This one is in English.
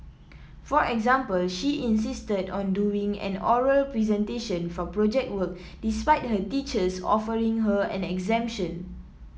for example she insisted on doing an oral presentation for Project Work despite her teachers offering her an exemption